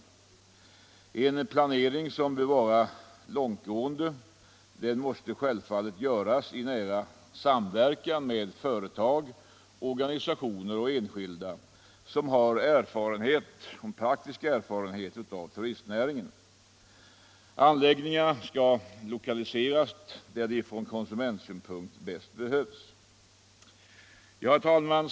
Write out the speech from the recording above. En planering som bör vara långtgående måste självfallet göras i nära samverkan med företag, organisationer och enskilda som har praktisk erfarenhet av turistnäringen. Anläggningarna skall lokaliseras där de från konsumentsynpunkt bäst behövs. Herr talman!